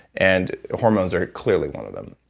and hormones are clearly one of them.